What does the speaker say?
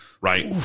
right